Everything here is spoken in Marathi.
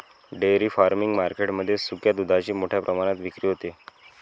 डेअरी फार्मिंग मार्केट मध्ये सुक्या दुधाची मोठ्या प्रमाणात विक्री होते